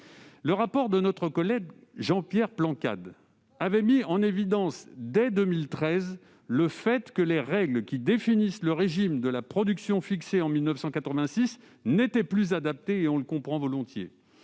Le rapport de notre collègue Jean-Pierre Plancade avait mis en évidence, dès 2013, le fait que les règles qui définissent le régime de la production, fixées en 1986, n'étaient plus adaptées, ce que l'on peut